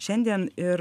šiandien ir